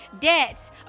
debts